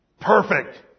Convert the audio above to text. perfect